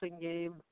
game